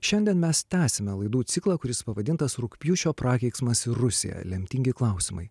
šiandien mes tęsiame laidų ciklą kuris pavadintas rugpjūčio prakeiksmas ir rusija lemtingi klausimai